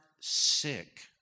sick